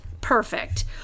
perfect